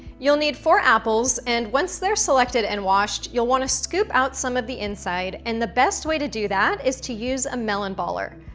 you'll need four apples, and once they're selected and washed, you'll want to scoop out some of the inside and the best way to do that is to use a melon baller.